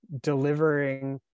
delivering